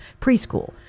preschool